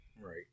Right